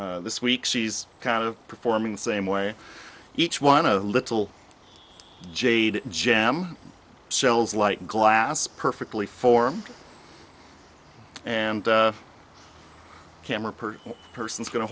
this week she's kind of performing the same way each one of the little jade jem shells like glass perfectly formed and camera per person is going to